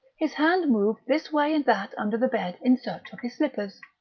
his hand moved this way and that under the bed in search of his slippers.